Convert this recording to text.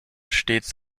stets